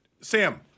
Sam